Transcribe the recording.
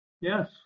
yes